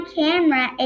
camera